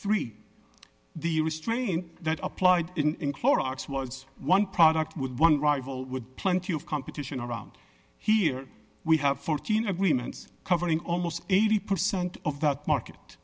three the restraint that applied in clorox was one product with one rival with plenty of competition around here we have fourteen agreements covering almost eighty percent of the market